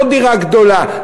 לא דירה גדולה,